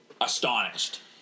astonished